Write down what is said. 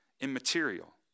immaterial